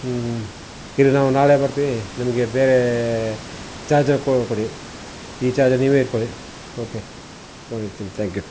ಇದು ನಾವು ನಾಳೆ ಬರ್ತೀವಿ ನಮಗೆ ಬೇರೇ ಚಾರ್ಜರ್ ಕೊಡಿ ಈ ಚಾರ್ಜರ್ ನೀವೇ ಇಟ್ಕೊಳ್ಳಿ ಓಕೆ ಫೋನ್ ಇಡ್ತೀನಿ ಥ್ಯಾಂಕ್ಯೂ